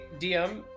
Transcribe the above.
DM